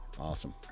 Awesome